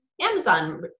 Amazon